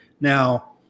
Now